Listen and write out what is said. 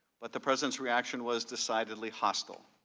but the president's reaction was decidedly hostile.